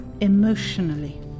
Emotionally